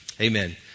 Amen